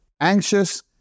anxious